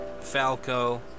Falco